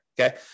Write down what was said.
okay